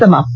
समाप्त